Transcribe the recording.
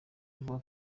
avuga